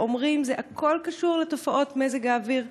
אומרים: זה הכול קשור לתופעות מזג האוויר.